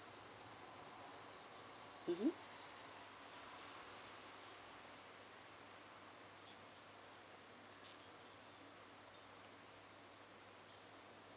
mmhmm